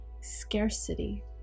scarcity